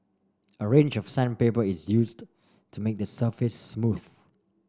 a range of sandpaper is used to make the surface smooth